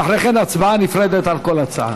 ואחרי כן הצבעה נפרדת על כל הצעה.